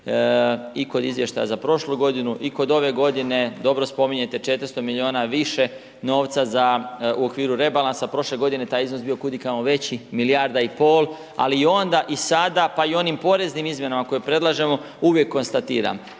i kod izvještaja za prošlu g. i kod ove g. dobro spominjete 400 milijuna više novca za u okviru rebalansa, prošle g. taj iznos je bio kud i kamo veći, milijarda i pol, ali i onda i sada pa i onim poreznim izmjenama koje predlažemo, uvijek konstatiram,